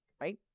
right